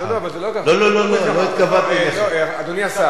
לא, לא, אבל זה לא אליך, אדוני השר.